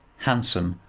handsome,